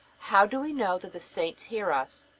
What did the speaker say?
how do we know that the saints hear us?